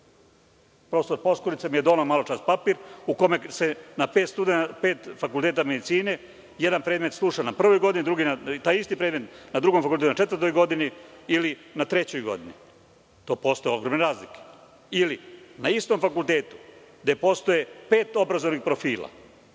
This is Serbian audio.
Poskurica mi je doneo malo čas papir u kome se na pet fakulteta medicine jedan predmet sluša na prvoj godini, taj isti predmet na drugom fakultetu na četvrtoj godini ili na trećoj godini. To su ogromne razlike. Ili, na istom fakultetu gde postoje pet obrazovnih profila,